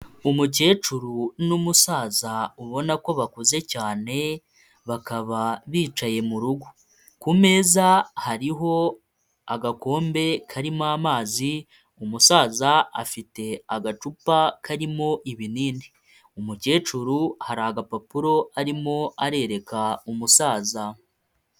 Umukecuru n'umusaza ubona ko bakuze cyane, bakaba bicaye mu rugo, ku meza hariho agakombe karimo amazi, umusaza afite agacupa karimo ibinini, umukecuru hari agapapuro arimo arereka umusaza.